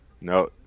No